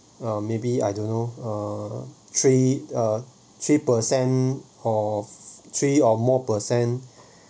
uh maybe I don't know uh three uh three percent of three or more percent